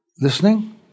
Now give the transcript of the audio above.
listening